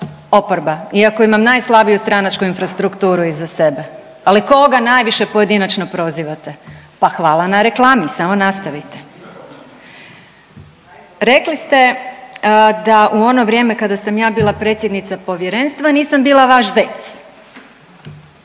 oporba iako imam najslabiju stranačku infrastrukturu iza sebe. Ali koga najviše pojedinačno prozivate, pa hvala na reklami, samo nastavite. Rekli ste da u ono vrijeme kada sam ja bila predsjednica povjerenstva nisam bila vaš zec.